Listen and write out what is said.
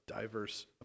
diverse